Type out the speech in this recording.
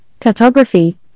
cartography